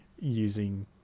using